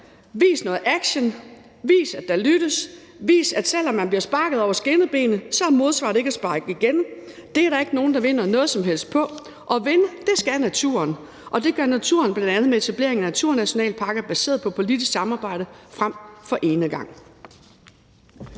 Vis noget action, vis, at der lyttes, vis, at selv om man bliver sparket over skinnebenet, er svaret ikke at sparke igen; det er der ikke nogen der vinder noget som helst ved – og vinde skal naturen. Det gør naturen bl.a. ved etablering af naturnationalparker baseret på politisk samarbejde frem for enegang.